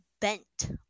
bent